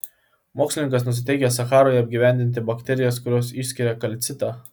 mokslininkas nusiteikęs sacharoje apgyvendinti bakterijas kurios išskiria kalcitą